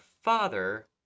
father